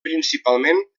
principalment